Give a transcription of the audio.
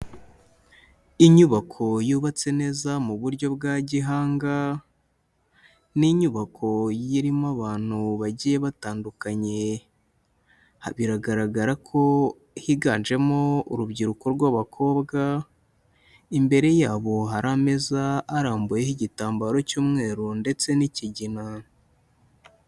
Inyubako yubatse neza mu buryo bwa gihanga, ni inyubako irimo abantu bagiye batandukanye, biragaragara ko higanjemo urubyiruko rw'abakobwa, imbere yabo hari ameza arambuyeho igitambaro cy'umweru ndetse n'ikigina.